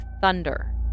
thunder